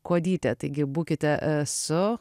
kuodytė taigi būkite su